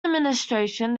administration